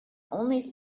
only